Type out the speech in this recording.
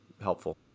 helpful